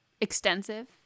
extensive